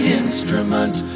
instrument